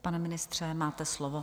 Pane ministře, máte slovo.